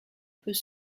peut